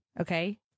okay